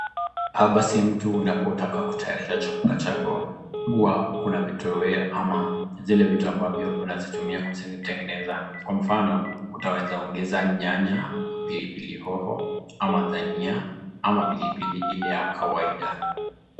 Haya basi mtu unapotaka kutayarisha chakula chako, huwa kuna vitu wewe ama zile vitu ambavyo unazitumia kutengeneza. Kwa mfano, utaweza ongeza nyanya, pilipili hoho ama dania ama pilipili ile ya kawaida.